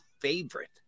favorite